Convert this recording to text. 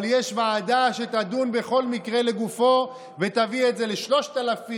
אבל יש ועדה שתדון בכל מקרה לגופו ותביא את זה ל-3,000,